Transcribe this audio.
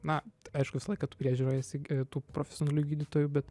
na aišku visą laiką tu priežiūroj esi tų profesionalių gydytojų bet